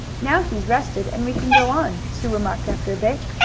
now he's rested, and we can go on, sue remarked after a bit.